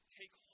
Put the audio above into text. take